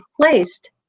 placed